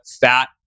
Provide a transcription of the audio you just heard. fat